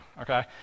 Okay